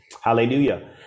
hallelujah